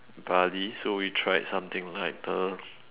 Bali so we tried something like the